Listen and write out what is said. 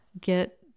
get